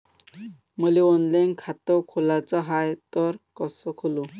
मले ऑनलाईन खातं खोलाचं हाय तर कस खोलू?